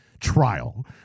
trial